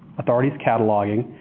authority's cataloging.